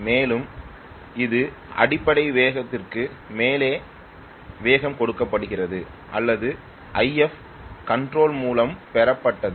மேலும் இது அடிப்படை வேகத்திற்கு மேலே வேகம் கொடுக்கப்படுகிறது அல்லது If கண்ட்ரோல் மூலம் பெறப்பட்டது